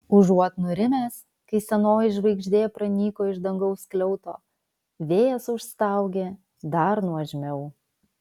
užuot nurimęs kai senoji žvaigždė pranyko iš dangaus skliauto vėjas užstaugė dar nuožmiau